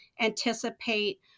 anticipate